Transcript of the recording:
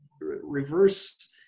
reverse